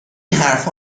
حرفها